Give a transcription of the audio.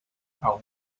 aún